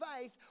faith